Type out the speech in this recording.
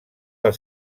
del